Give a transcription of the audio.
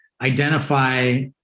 identify